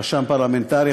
רשם פרלמנטרי,